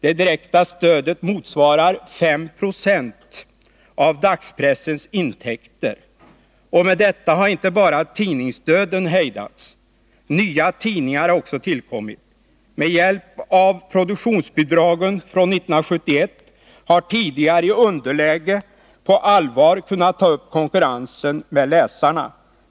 Det direkta stödet motsvarar 5 20 av dagspressens intäkter, och med detta har inte bara tidningsdöden hejdats. Nya tidningar har också tillkommit. Med hjälp av produktionsbidragen från 1971 har tidningar i underläge på allvar kunnat ta upp konkurrensen om läsarna.